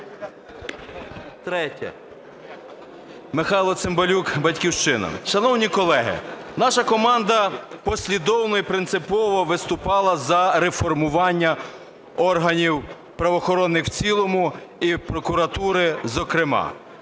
3-я. Михайло Цимбалюк, "Батьківщина". Шановні колеги, наша команда послідовно і принципово виступала за реформування органів правоохоронних в цілому і прокуратури зокрема.